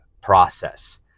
process